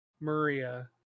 Maria